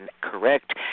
correct